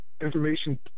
information